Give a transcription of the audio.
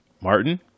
Martin